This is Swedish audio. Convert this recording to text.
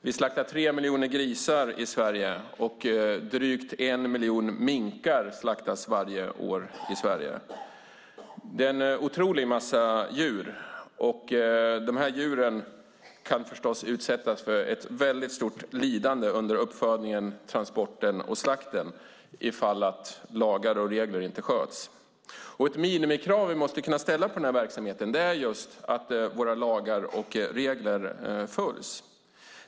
Vi slaktar 3 miljoner grisar i Sverige, och drygt 1 miljon minkar slaktas varje år i Sverige. Det är en otrolig massa djur. De djuren kan förstås utsättas för ett väldigt stort lidande under uppfödningen, transporten och slakten om lagar och regler inte följs. Ett minimikrav vi måste kunna ställa på verksamheten är just att våra lagar och regler följs.